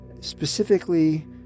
specifically